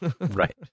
Right